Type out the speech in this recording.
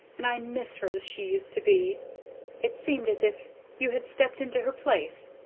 and i miss her as she used to be it seemed as if you had stepped into her place,